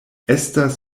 estas